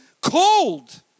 cold